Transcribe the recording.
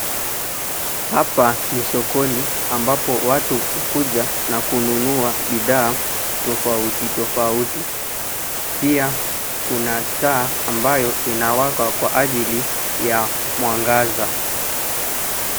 Hapa ni sokoni ambapo watu hukuja na kununua bidhaa tofauto tofauti. Pia kuna taa ambayo inawaka kwa ajili ya mwangaza.